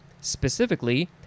specifically